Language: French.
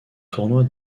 tournoi